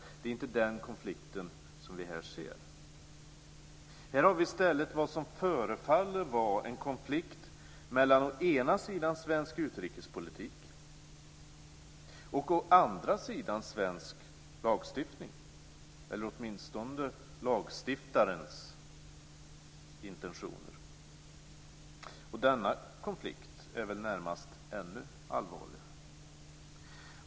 Det är alltså inte den konflikten som vi här ser. Här har vi i stället vad som förefaller vara en konflikt mellan å ena sidan svensk utrikespolitik och å andra sidan svensk lagstiftning, eller åtminstone lagstiftarens intentioner. Denna konflikt är väl närmast ännu allvarligare.